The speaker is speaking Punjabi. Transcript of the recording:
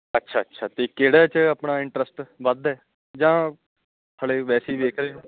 ਅੱਛਾ ਅੱਛਾ ਅਤੇ ਕਿਹੜਾ 'ਚ ਆਪਣਾ ਇੰਟਰਸਟ ਵੱਧ ਹੈ ਜਾਂ ਹਲੇ ਵੈਸੇ ਵੇਖ ਰਹੇ